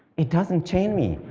it doesn't change me.